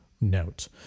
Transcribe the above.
note